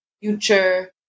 future